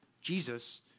Jesus